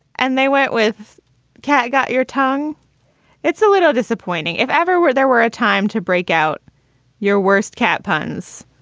and they went with cat. got your tongue it's a little disappointing if everywhere there were a time to break out your worst cat puns.